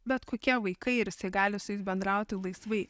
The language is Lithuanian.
bet kokie vaikai ir jis gali su jais bendrauti laisvai